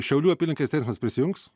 šiaulių apylinkės teismas prisijungs